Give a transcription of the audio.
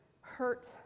hurt